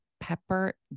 pepper